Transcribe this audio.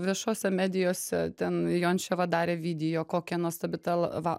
viešose medijose ten jončeva darė video kokia nuostabi ta l va